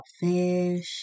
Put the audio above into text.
fish